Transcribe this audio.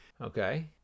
okay